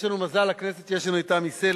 יש לנו מזל, לכנסת, שיש לנו את תמי סלע.